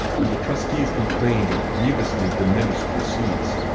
and the trustees complained of grievously diminished receipts.